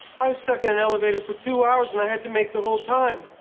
i was stuck in an elevator for two hours and i had to make the whole time.